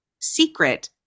secret